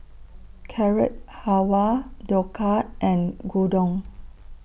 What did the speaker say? Carrot Halwa Dhokla and Gyudon